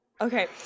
okay